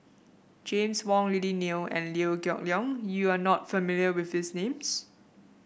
James Wong Lily Neo and Liew Geok Leong you are not familiar with these names